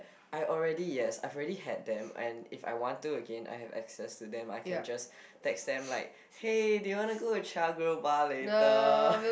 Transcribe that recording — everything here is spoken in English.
I already yes I've already had them and if I want to again I have access to them I can just text them like hey do you want to go Char Grill Bar later